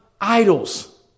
idols